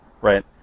right